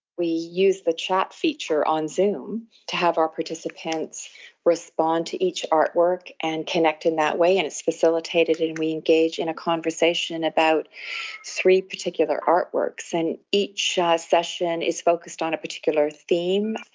we use the chat feature on zoom to have our participants respond to each artwork and connect in that way, and it's facilitated and we engage in a conversation about three particular artworks. and each session is focussed on a particular theme.